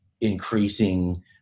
increasing